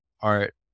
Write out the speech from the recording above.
art